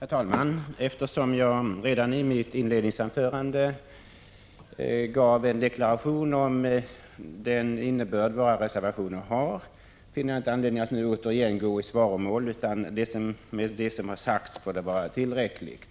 Herr talman! Eftersom jag redan i mitt inledningsanförande gav en deklaration om den innebörd våra reservationer har, finner jag inte anledning att nu återigen gå i svaromål. Det som sagts får vara tillräckligt.